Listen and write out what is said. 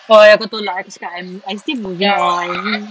oh ya kau tolak eh kau cakap I I'm still moving on